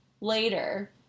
later